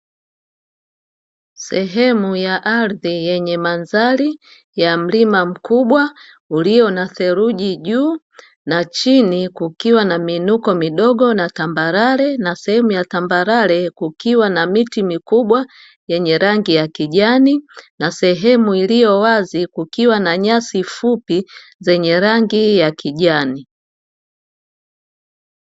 Sehemu ya ardhi yenye mandhari ya mlima mkubwa ulio na theluji juu, na chini kukiwa na miinuko midogo na tambarare, na sehemu ya tambarare kukiwa na miti mikubwa yenye rangi ya kijani na sehemu iliyo wazi kukiwa na nyasi fupi zenye rangi ya kijani.